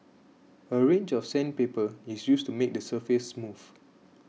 a range of sandpaper is used to make the surface smooth